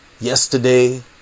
yesterday